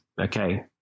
okay